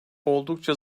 oldukça